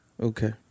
Okay